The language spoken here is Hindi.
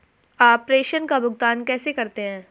आप प्रेषण का भुगतान कैसे करते हैं?